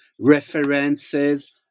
references